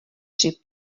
tři